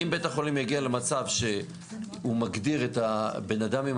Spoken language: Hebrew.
אם בית החולים יגיע למצב שהוא מגדיר את הבן אדם עם